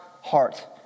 heart